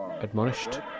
admonished